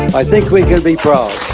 i think we can be proud.